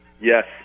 Yes